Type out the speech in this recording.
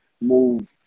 move